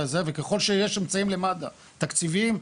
וככל שיש אמצעים למד"א תקציביים,